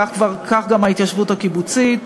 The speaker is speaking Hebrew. כך גם ההתיישבות הקיבוצית,